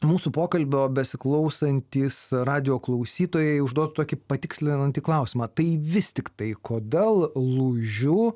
mūsų pokalbio besiklausantys radijo klausytojai užduoti tokį patikslinantį klausimą tai vis tiktai kodėl lūžiu